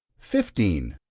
fifteen.